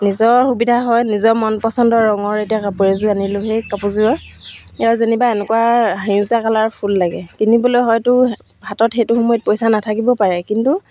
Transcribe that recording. নিজৰ সুবিধা হয় নিজৰ মন পচন্দৰ ৰঙৰ এতিয়া কাপোৰ এযোৰ আনিলোঁ সেই কাপোৰযোৰৰ এয়া যেনিবা এনেকুৱা সেউজীয়া কালাৰৰ ফুল লাগে কিনিবলৈ হয়টো হাতত সেইটো সময়ত পইচা নাথাকিব পাৰে কিন্তু